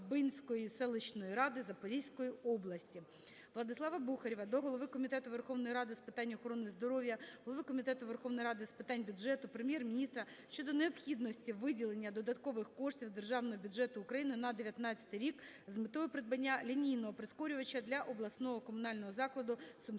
Владислава Бухарєва до голови Комітету Верховної Ради України з питань охорони здоров'я, голови Комітету Верховної Ради з питань бюджету, Прем'єр-міністра щодо необхідності виділення додаткових коштів з Державного бюджету України на 2019 рік з метою придбання лінійного прискорювача для обласного комунального закладу "Сумський